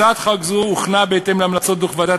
הצעת חוק זו הוכנה בהתאם להמלצות דוח הוועדה